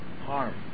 harm